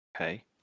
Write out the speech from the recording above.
Okay